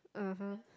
(uh huh)